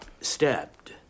Stabbed